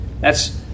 thats